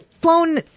flown